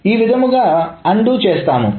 ఈ విధముగా అన్డు చేస్తాము